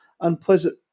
unpleasant